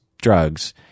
drugs